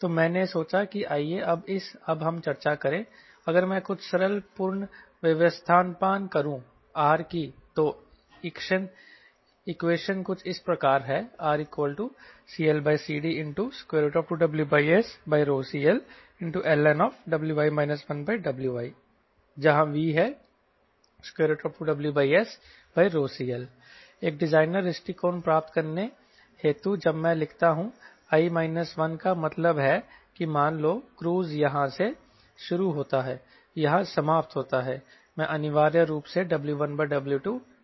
तो मैंने सोचा कि आइए अब हम चर्चा करें अगर मैं कुछ सरल पूर्ण व्यवस्थापन करूँ R की तो इक्वेशन कुछ इस प्रकार है RCLCD2WSCLln Wi 1Wi जहां V2WSCL एक डिजाइनर दृष्टिकोण प्राप्त करने हेतु जब मैं लिखता हूं का मतलब है कि मान लो क्रूज़ यहां से शुरू होता है यहां समाप्त होता है मैं अनिवार्य रूप से W1W2 या W2W1 तलाश में हूं